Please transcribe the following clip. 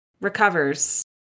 recovers